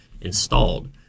installed